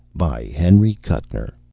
by henry kuttner